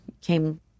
came